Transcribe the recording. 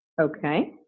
Okay